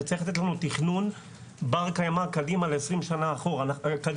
וצריך לתת לנו תכנון בר קיימא קדימה ל-20 שנה קדימה.